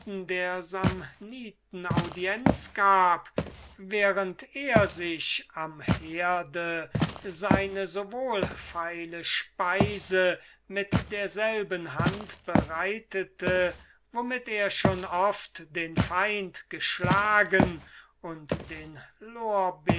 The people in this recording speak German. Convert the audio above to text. der samniten audienz gab während er sich am herde seine so wohlfeile speise mit derselben hand bereitete womit er schon oft den feind geschlagen und den